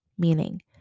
meaning